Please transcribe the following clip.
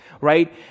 Right